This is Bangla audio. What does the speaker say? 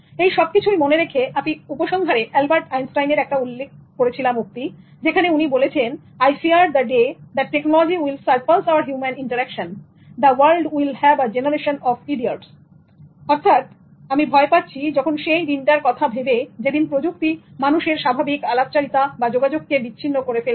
এসব কিছু মনে রেখে আমি উপসংহারে অ্যালবার্ট আইনস্টাইনের একটা উক্তি উল্লেখ করেছিলাম যেখানে উনি বলেছেন "I fear the day that technology will surpass our human interaction The world will have a generation of idiots" "আমি ভয় পাচ্ছি যখন সেই দিনটার কথা ভেবে যে দিন প্রযুক্তি মানুষের স্বাভাবিক আলাপচারিতা বা যোগাযোগকে বিচ্ছিন্ন করে ফেলবে